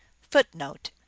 Footnote